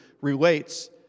relates